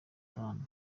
tanu